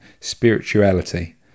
spirituality